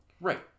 Right